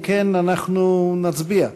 אם כן, אנחנו נצביע.